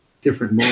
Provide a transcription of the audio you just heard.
different